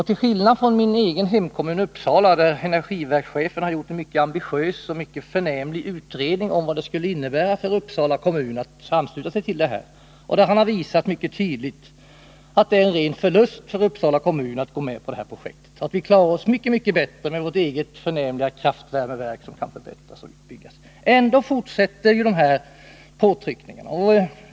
I min hemkommun Uppsala har energiverkschefen gjort en mycket ambitiös och mycket förnämlig utredning om vad det skulle innebära för Uppsala kommun att ansluta sig. Han har mycket tydligt visat att det skulle betyda en ren förlust för Uppsala kommun att gå med på det här projektet och att vi skulle klara oss mycket bättre med vårt eget förnämliga kraftvärmeverk, som kan förbättras och utbyggas. Ändå fortsätter påtryckningarna.